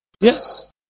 Yes